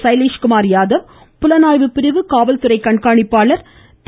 சைலேஷ்குமார் யாதவ் புலனாய்வு பிரிவு காவல்துறை கண்காணிப்பாளர் திரு